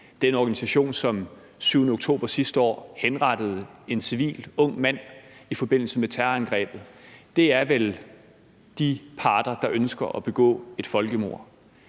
den organisation, som den 7. oktober sidste år henrettede en civil ung mand i forbindelse med terrorangrebet. Det er vel de parter, der ønsker at begå et folkemord.